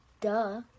Duh